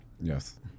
Yes